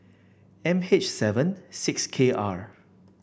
M H seven six K R